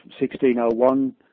1601